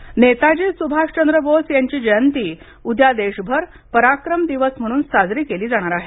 जयंती नेताजी सुभाष चंद्र बोस यांची जयंती उद्या देशभर पराक्रम दिवस म्हणून साजरी केली जाणार आहे